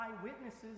eyewitnesses